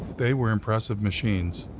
they were impressive machines.